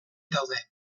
daude